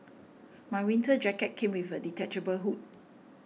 my winter jacket came with a detachable hood